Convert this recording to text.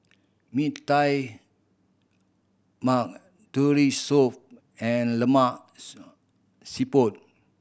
Mee Tai Mak Turtle Soup and lemak siput